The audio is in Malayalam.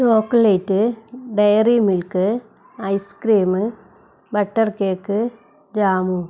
chocolate dairy milk ice cream butter cake jam